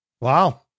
Wow